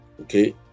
okay